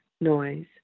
noise